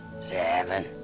Seven